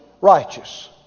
righteous